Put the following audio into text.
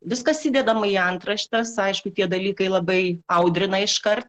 viskas įdedama į antraštes aišku tie dalykai labai audrina iškart